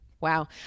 Wow